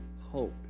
hope